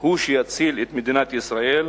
היא שתציל את מדינת ישראל,